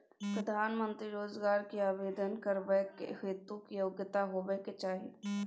प्रधानमंत्री रोजगार के आवेदन करबैक हेतु की योग्यता होबाक चाही?